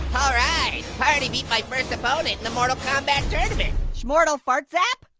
all right, already beat my first opponent in the mortal kombat tournament. shmortal fart-zap?